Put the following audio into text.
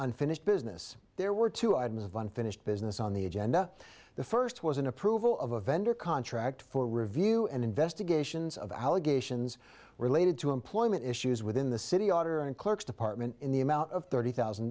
unfinished business there were two items of unfinished business on the agenda the first was an approval of a vendor contract for review and investigations of allegations related to employment issues within the city auditor and clerks department in the amount of thirty thousand